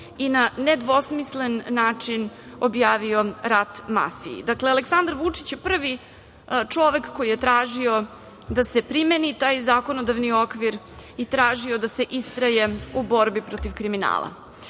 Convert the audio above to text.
i na nedvosmislen način objavio rat mafiji? Dakle, Aleksandar Vučić je prvi čovek koji je tražio da se primeni zakonodavni okvir i tražio da se istraje u borbi protiv kriminala.I